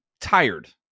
tired